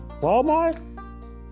Walmart